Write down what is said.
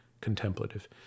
contemplative